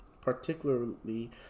particularly